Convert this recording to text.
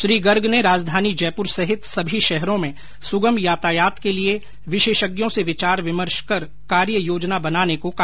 श्री गर्ग ने राजधानी जयपूर सहित सभी शहरों में सुगम यातायात के लिए विशेषज्ञों से विचार विमर्श कर कार्य योजना बनाने को कहा